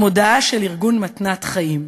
מודעה של ארגון "מתנת חיים"